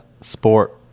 Sport